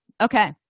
Okay